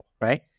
Right